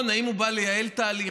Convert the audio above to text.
האם הוא בא לייעל תהליך,